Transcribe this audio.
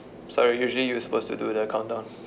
sorry usually you suppose to do the countdown